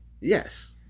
yes